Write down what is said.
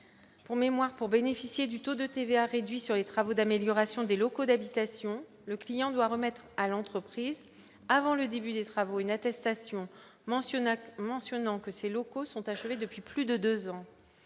pour mémoire pour bénéficier du taux de TVA réduit sur les travaux d'amélioration des locaux d'habitation, le client doit remettre à l'entreprise avant le début des travaux, une attestation mentionne à mentionnant que ces locaux sont achevés depuis plus de 2 ans,